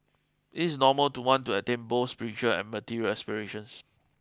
it is normal to want to attain both spiritual and material aspirations